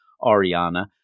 Ariana